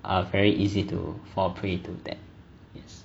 are very easy to fall prey to that